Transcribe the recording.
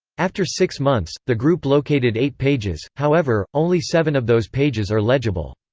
after six months, the group located eight pages however, only seven of those pages are legible.